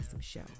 show